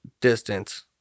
distance